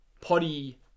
potty